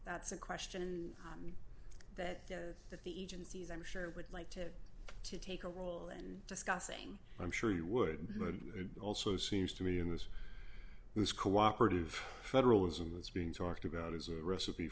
that's a question that the that the agencies i'm sure would like to to take a role and discussing i'm sure you would but it also seems to me in this this cooperative federalism that's being talked about is a recipe